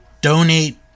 donate